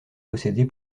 posséder